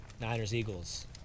Niners-Eagles